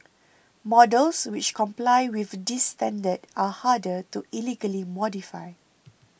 models which comply with this standard are harder to illegally modify